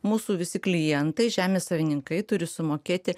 mūsų visi klientai žemės savininkai turi sumokėti